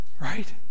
right